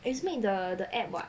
is made the the app [what]